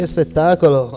spettacolo